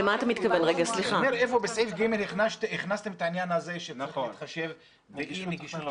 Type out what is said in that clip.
בסעיף (ג) הכנסתם את העניין של להתחשב בנגישות.